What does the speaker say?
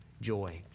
joy